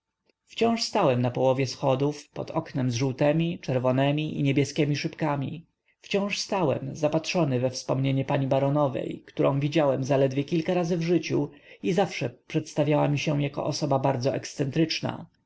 wciąż stałem na połowie schodów pod oknem z źółtemi czerwonemi i niebieskiemi szybami wciąż stałem zapatrzony we wspomnienie pani baronowej którą widziałem zaledwie kilka razy w życiu i zawsze przedstawiała mi się jako osoba bardzo ekscentryczna